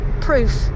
proof